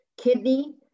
kidney